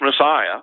Messiah